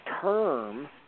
term